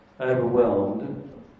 overwhelmed